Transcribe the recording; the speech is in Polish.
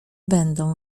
będą